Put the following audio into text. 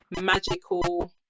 magical